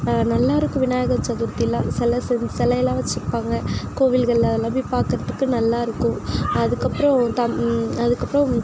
நல்லாருக்கும் விநாயகர் சதூர்த்திலாம் சில செ சிலைலாம் வச்சிருப்பாங்க கோவில்கள் அதெலாம் போய் பார்க்குறதுக்கு நல்லாயிருக்கும் அதுக்கப்புறம் அதுக்கப்புறம்